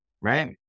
right